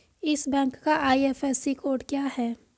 इस बैंक का IFSC code क्या है?